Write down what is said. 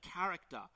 character